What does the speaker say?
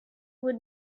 would